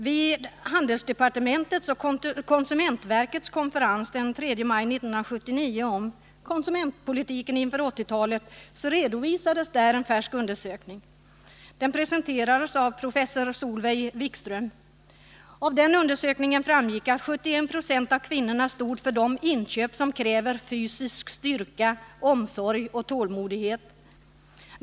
Vid handelsdepartementets och konsumentverkets konferens den 3 maj 1979 om konsumentpolitiken inför 1980-talet, redovisades en färsk undersökning. Den presenterades av professor Solveig Wikström. Av den framgick att 71 90 av kvinnorna stod för de inköp som kräver fysisk styrka, omsorg och tålmodighet.